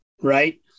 right